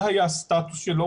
זה היה הסטטוס שלו,